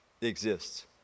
exists